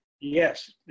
Yes